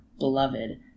Beloved